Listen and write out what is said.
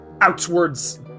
outwards